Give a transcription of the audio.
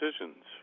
decisions